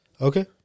Okay